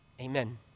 Amen